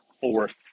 fourth